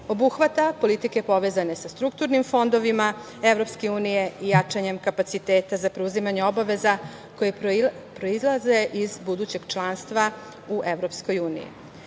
obuhvata politike povezane sa strukturnim fondovima EU i jačanje kapaciteta za preuzimanje obaveza koje proizlaze iz budućeg članstva u EU.Kada je